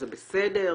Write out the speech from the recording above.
זה בסדר,